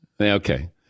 Okay